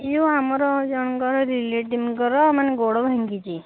ଏ ଯୋଉ ଆମର ଜଣଙ୍କର ରିଲେଟିଭ୍ଙ୍କର ମାନେ ଗୋଡ଼ ଭାଙ୍ଗିଛି